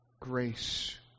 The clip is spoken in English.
Grace